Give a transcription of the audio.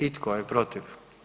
I tko je protiv?